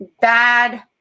bad